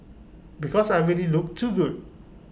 because I already look too good